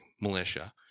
militia